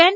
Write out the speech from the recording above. N